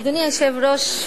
אדוני היושב-ראש,